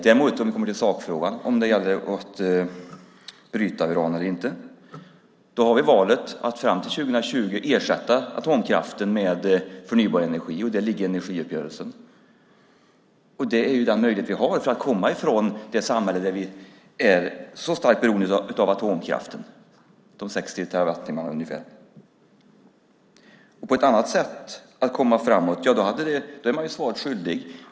När det gäller sakfrågan, om vi ska bryta uran eller inte, har vi valet att fram till 2020 ersätta atomkraften med förnybar energi. Det ligger i energiuppgörelsen. Det är den möjlighet vi har för att komma ifrån ett samhälle med så starkt beroende av atomkraften som vi har, de ca 60 terawattimmarna. Om det finns ett annat sätt att komma framåt är oppositionen oss svaret skyldig.